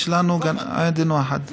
יש לנו גן עדן אחד,